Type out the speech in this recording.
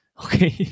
okay